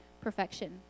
perfection